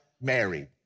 married